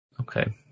Okay